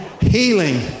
Healing